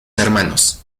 hermanos